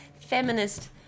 feminist